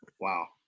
Wow